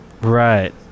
Right